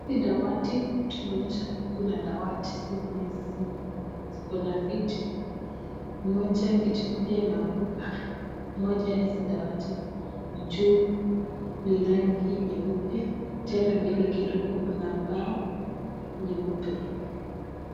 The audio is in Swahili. Hizi dawati tumeonyeshwa dawati Kuna dawati zenye ziko na viti moja kiti moja imeanguka moja kwa hizi dawati juu ni rangi nyeupe mbele kidogo kuna bao nyeupe.